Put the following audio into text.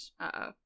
uh-oh